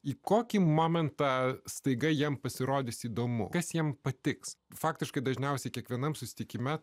į kokį momentą staiga jam pasirodys įdomu kas jiems patiks faktiškai dažniausiai kiekvienam susitikime